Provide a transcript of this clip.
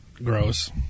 gross